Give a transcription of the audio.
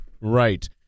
Right